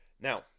Now